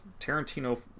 Tarantino